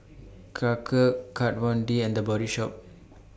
Karcher Kat Von D and The Body Shop